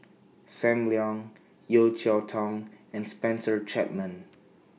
SAM Leong Yeo Cheow Tong and Spencer Chapman